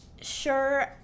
sure